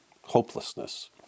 hopelessness